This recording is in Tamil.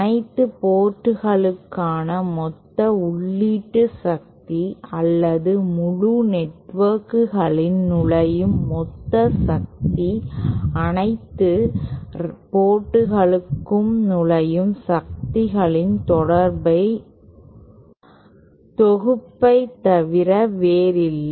அனைத்து போர்டுகளுக்கான மொத்த உள்ளீட்டு சக்தி அல்லது முழு நெட்வொர்க்கிலும் நுழையும் மொத்த சக்தி அனைத்து போர்டுகளுக்கும் நுழையும் சக்திகளின் தொகுப்பைத் தவிர வேறில்லை